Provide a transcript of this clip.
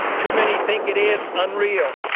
too many think it is unreal.